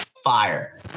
fire